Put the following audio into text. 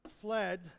fled